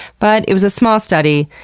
but it was a small study.